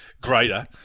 greater –